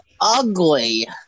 ugly